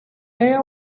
area